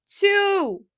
Two